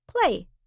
play